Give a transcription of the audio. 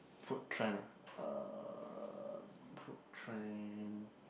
food trend ah uh food trend